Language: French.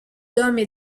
d’hommes